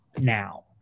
now